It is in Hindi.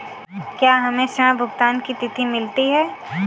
क्या हमें ऋण भुगतान की तिथि मिलती है?